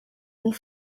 and